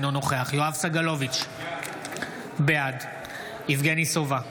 אינו נוכח יואב סגלוביץ' בעד יבגני סובה,